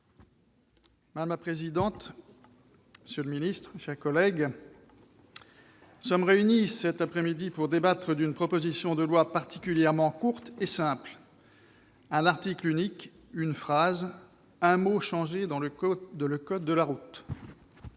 Madame la présidente, monsieur le secrétaire d'État, chers collègues, nous sommes réunis cet après-midi pour débattre d'une proposition de loi particulièrement courte et simple : un article unique, une phrase, un mot changé dans le code de la route.